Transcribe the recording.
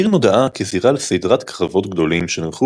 העיר נודעה כזירה לסדרת קרבות גדולים שנערכו